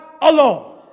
alone